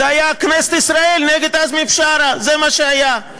זה היה כנסת ישראל נגד עזמי בשארה, זה מה שהיה,